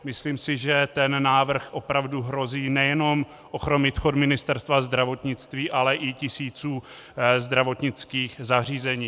Myslím si, že ten návrh opravdu hrozí nejenom ochromením chodu Ministerstva zdravotnictví, ale i tisíců zdravotnických zařízení.